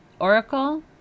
oracle